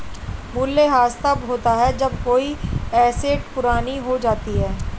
मूल्यह्रास तब होता है जब कोई एसेट पुरानी हो जाती है